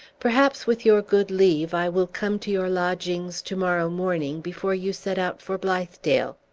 perhaps, with your good leave, i will come to your lodgings to-morrow morning, before you set out for blithedale.